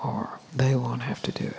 or they won't have to do